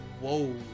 whoa